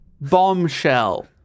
bombshell